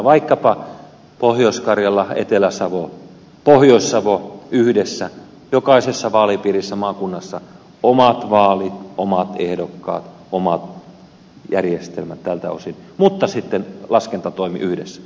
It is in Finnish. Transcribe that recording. vaikkapa pohjois karjala etelä savo pohjois savo yhdessä jokaisessa vaalipiirissä maakunnassa omat vaalit omat ehdokkaat oma järjestelmä tältä osin mutta sitten laskentatoimi yhdessä